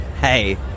Hey